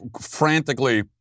frantically